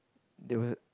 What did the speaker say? they will